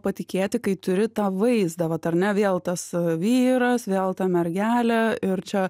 patikėti kai turi tą vaizdą vat ar ne vėl tas vyras vėl tą mergelė ir čia